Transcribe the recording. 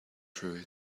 through